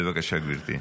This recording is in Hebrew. בבקשה, גברתי.